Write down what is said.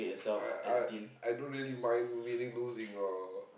I I I don't really mind winning losing or